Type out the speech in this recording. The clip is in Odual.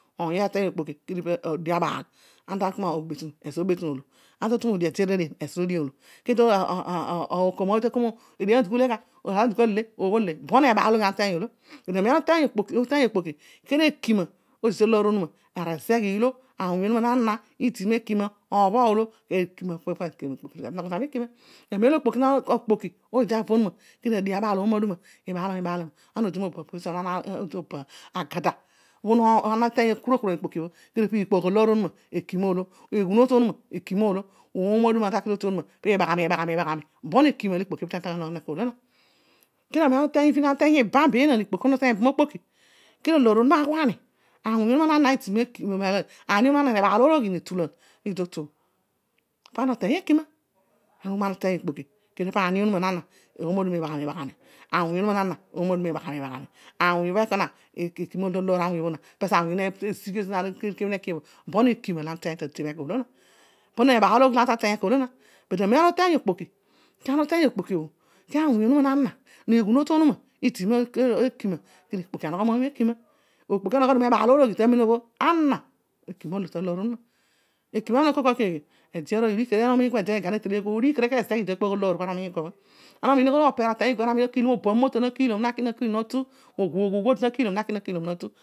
Oiy ooy ateiy okpoki kedio adio tabaal ezo obetunu ōolo, ezolodighi oolo, kedio onon oiy takol iibha bhō ulegha, iibha bhō le. But ibha ana uteiy okpoki bho ekima odi talōor onuma awuy onuma ighua ni, arazegh iilo, obho ōolo amem lo okpoki odi tavo onuma ka dio abaal o ana odini naagbaraghu, agada ōbho ana nakura kura mikpoki ō kedio ekima ōolo, eghunotu onuma ekina oolo, ōoma aduma oobaghami oobaghami. Ana bho uteiy ibam benaan kedio ana ughua ni, awuny onuma ighua ni, ani onuma na nogho mebaalo loghi netulan totu pana oteiy ekima ōoma aduma iibaghami iibaghami, bon ebaalologhi la ana tateiy ekana ōolo na. But amem la ana uteiy okpoki ka awuiy onuma na na neghunotu onuma idi nekima. Okpoki onoghodio mebaalologhi tamem lo ana ekima olo. aroiy netele kua bho odigh kere kere arazegh idi taloor ō anamiin kua bhō. Ana omiin ughol opeer na kiilom oba motto na kiilom na ki na kiilom natu, oogh amotto na kiilom naki na kiilom natu.